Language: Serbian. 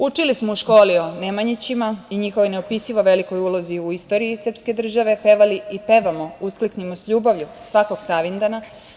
Učili smo u školi o Nemanjićima i njihovoj neopisivo velikoj ulozi u istoriji srpske države, pevali i pevamo „Uskliknimo s ljubavlju“ svakog Savindana.